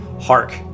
Hark